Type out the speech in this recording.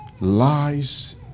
lies